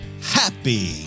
Happy